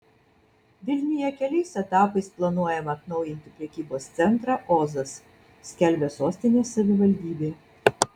vilniuje kelias etapais planuojama atnaujinti prekybos centrą ozas skelbia sostinės savivaldybė